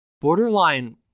borderline